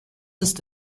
ist